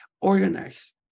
organize